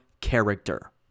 character